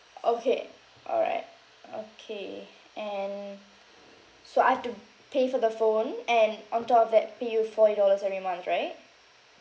okay all right okay and so I've to pay for the phone and on top of that pay you forty dollars every month right